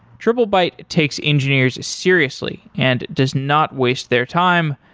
triplebyte takes engineers seriously and does not waste their time.